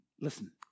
Listen